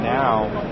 now